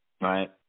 Right